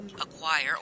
acquire